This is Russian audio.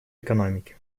экономики